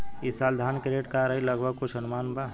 ई साल धान के रेट का रही लगभग कुछ अनुमान बा?